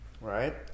right